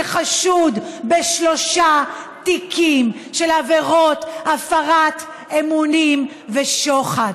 שחשוד בשלושה תיקים של עבירות הפרת אמונים ושוחד.